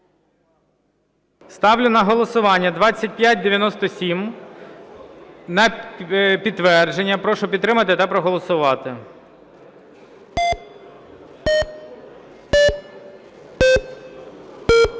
Ставлю на голосування 2597, на підтвердження. Прошу підтримати та проголосувати. 11:53:14